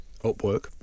Upwork